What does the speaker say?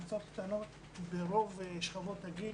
ברוב שכבות הגיל,